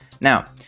Now